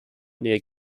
near